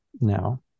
Now